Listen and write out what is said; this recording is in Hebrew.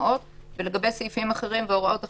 לגבי סעיפים אחרים והוראות אחרות,